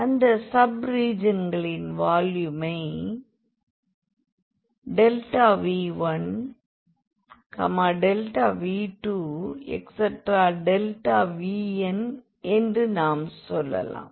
அந்த சப் ரீஜியன்களின் வால்யூமை V1δV2δVn என்று நாம் சொல்லலாம்